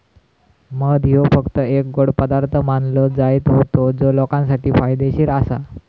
मध ह्यो फक्त एक गोड पदार्थ मानलो जायत होतो जो लोकांसाठी फायदेशीर आसा